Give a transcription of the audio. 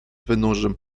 wynurzym